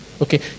Okay